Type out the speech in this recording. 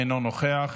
אינו נוכח,